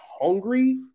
hungry